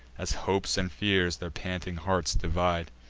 as hopes and fears their panting hearts divide.